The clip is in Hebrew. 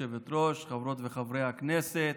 חברות וחברי הכנסת,